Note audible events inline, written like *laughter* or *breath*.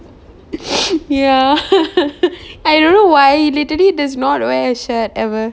*breath* ya *laughs* I don't know why he literally does not wear a shirt ever